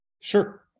sure